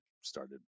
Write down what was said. started